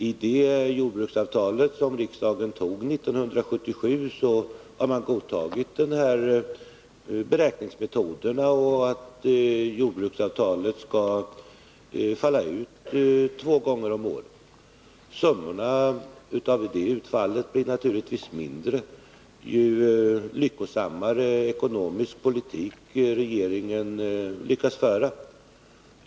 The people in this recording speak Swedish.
I det jordbruksavtal som riksdagen antog 1977 har man godtagit de här beräkningsmetoderna, liksom också att avtalet skall falla ut två gånger om året. Summan av de utfallen blir naturligtvis mindre ju lyckosammare ekonomisk politik regeringen lyckas föra.